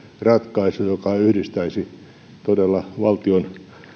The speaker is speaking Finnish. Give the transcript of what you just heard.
ratkaisu joka todella yhdistäisi valtion